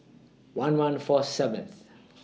one one four seventh